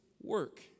work